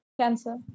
cancer